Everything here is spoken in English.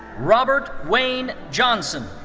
robert wayne johnson.